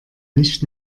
nicht